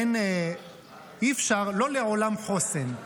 אי-אפשר, לא לעולם חוסן.